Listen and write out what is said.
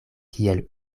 kiel